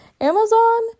Amazon